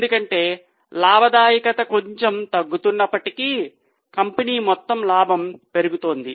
ఎందుకంటే లాభదాయకత కొంచెం తగ్గుతున్నప్పటికీ కంపెనీ మొత్తం లాభం పెరుగుతోంది